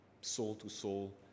soul-to-soul